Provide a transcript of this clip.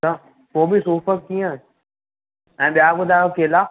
पोइ बि सूफ़ु कीअं ऐं ॿिया ॿुधायो केला